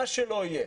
מה שלא יהיה,